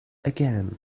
again